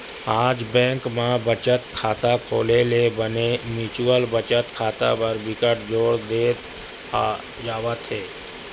आज बेंक म बचत खाता खोले ले बने म्युचुअल बचत खाता बर बिकट जोर दे जावत हे